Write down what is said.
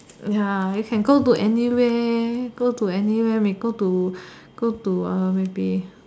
ya you can go to anywhere go to anywhere may go to go to uh maybe